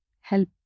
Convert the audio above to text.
help